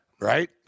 Right